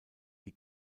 die